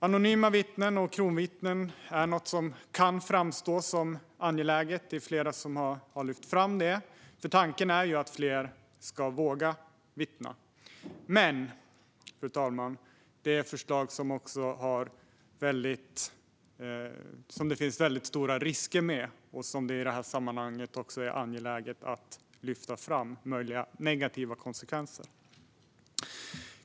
Anonyma vittnen och kronvittnen är något som kan framstå som angeläget, som flera har lyft fram, för tanken är ju att fler ska våga vittna. Men, fru talman, det är ett förslag som det finns väldigt stora risker med. Det är i det här sammanhanget angeläget att också lyfta fram möjliga negativa konsekvenser.